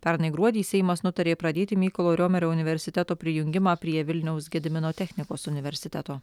pernai gruodį seimas nutarė pradėti mykolo riomerio universiteto prijungimą prie vilniaus gedimino technikos universiteto